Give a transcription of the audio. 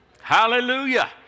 Hallelujah